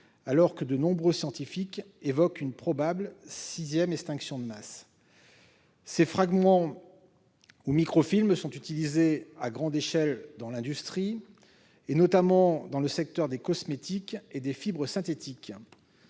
alors que de nombreux scientifiques évoquent une probable sixième extinction de masse. Ces fragments ou microfilms sont utilisés à grande échelle dans l'industrie et notamment dans le secteur des cosmétiques et des fibres synthétiques,